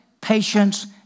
patience